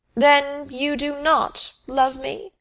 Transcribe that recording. then you do not love me?